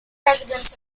presidents